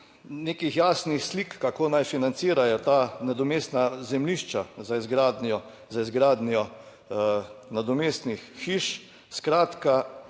nekih jasnih slik, kako naj financirajo ta nadomestna zemljišča za izgradnjo, za izgradnjo nadomestnih hiš. Skratka,